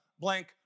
blank